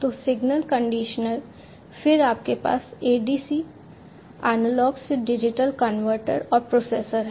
तो signal conditioner फिर आपके पास ADC एनालॉग से डिजिटल कनवर्टर और प्रोसेसर है